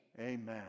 Amen